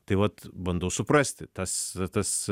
tai vat bandau suprasti tas tas